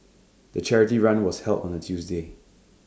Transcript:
the charity run was held on A Tuesday